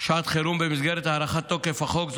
שעת החירום במסגרת הארכת תוקף החוק.